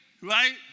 Right